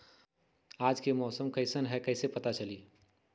आज के मौसम कईसन हैं कईसे पता चली?